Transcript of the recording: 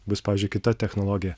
bus pavyzdžiui kita technologija